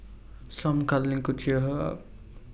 some cuddling could cheer her up